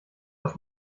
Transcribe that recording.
aus